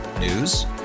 News